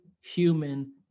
human